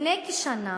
לפני כשנה